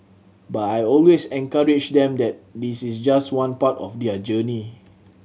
but I always encourage them that this is just one part of their journey